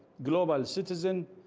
global citizen,